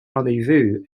rendezvous